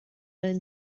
learn